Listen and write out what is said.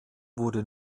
wurde